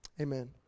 amen